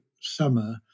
summer